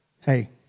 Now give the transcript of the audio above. Hey